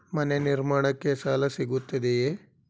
ಮನೆ ನಿರ್ಮಾಣಕ್ಕೆ ಸಾಲ ಸಿಗುತ್ತದೆಯೇ?